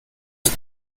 ist